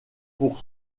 pour